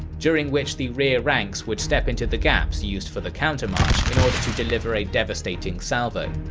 during which the rear ranks would step into the gaps used for the countermarch in order to deliver a devastating salvo.